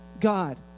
God